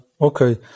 okay